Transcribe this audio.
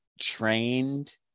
trained